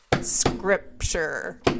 Scripture